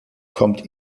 kommt